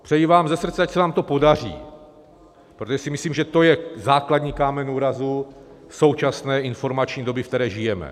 Přeji vám ze srdce, ať se vám to podaří, protože si myslím, že to je základní kámen úrazu současné informační doby, ve které žijeme.